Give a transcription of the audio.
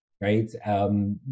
right